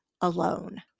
alone